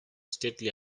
stately